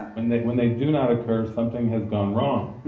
when they when they do not occur, something has gone wrong.